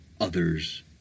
others